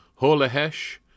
Holehesh